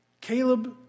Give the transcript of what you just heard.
Caleb